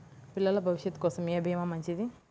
పిల్లల భవిష్యత్ కోసం ఏ భీమా మంచిది?